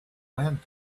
when